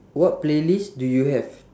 what playlist do you have